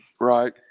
right